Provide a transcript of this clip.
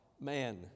man